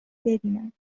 ببینن